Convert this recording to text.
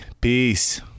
Peace